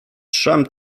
trzem